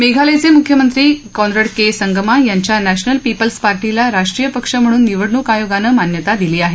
मेघालयचे मुख्यमंत्री कॉन्रड के संगमा यांच्या नॅशनल पीपल्स पार्टीला राष्ट्रीय पक्ष म्हणून निवडणूक आयोगानं मान्यता दिली आहे